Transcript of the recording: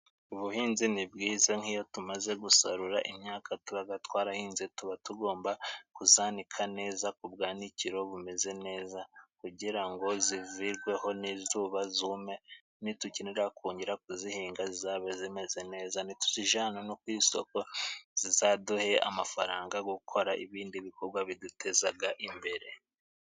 Ubuhinzi ni bwiza nk'iyo tumaze gusarura imyaka tuba twarahinze, tuba tugomba kuyanika neza ku bwanikiro bumeze neza, kugira ngo zivirweho n'izuba zume, nidukenera kongera kuzihinga zizabe zimeze neza, nituzijyana hano ku isoko, zizaduhe amafaranga yo gukora ibindi bikorwa biduteza imbere.